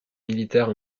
militaire